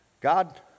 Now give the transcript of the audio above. God